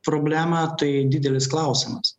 problema tai didelis klausimas